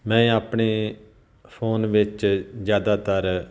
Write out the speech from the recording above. ਮੈਂ ਆਪਣੇ ਫ਼ੋਨ ਵਿੱਚ ਜ਼ਿਆਦਾਤਰ